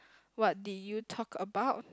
what did you talk about